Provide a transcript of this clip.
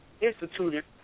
instituted